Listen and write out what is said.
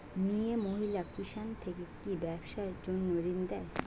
মিয়ে মহিলা কিষান থেকে কি ব্যবসার জন্য ঋন দেয়?